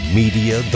media